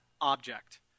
object